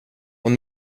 och